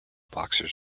boxers